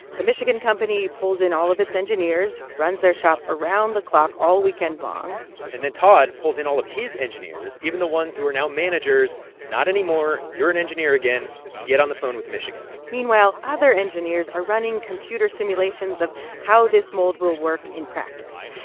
the michigan company pulls in all of its engineers, runs their shop around the clock all weekend long and then todd pulls in all of his engineers, even the ones who are now managers not anymore. you're an engineer again. get on the phone with michigan meanwhile, other engineers are running computer simulations of how this mold will work in practice.